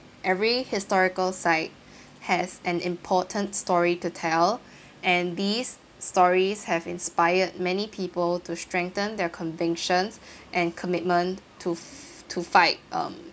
every historical site has an important story to tell and these stories have inspired many people to strengthen their convictions and commitment to to fight um